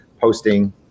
posting